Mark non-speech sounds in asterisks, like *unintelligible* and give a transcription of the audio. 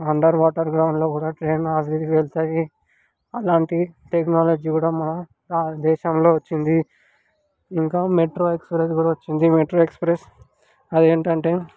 underwater గ్రౌండ్లో కూడా train *unintelligible* వెళతాయి అలాంటి టెక్నాలజీ కూడా మన దేశంలో వచ్చింది ఇంకా మెట్రో ఎక్స్ప్రెస్ కూడా వచ్చింది మెట్రో ఎక్స్ప్రెస్ అదేంటంటే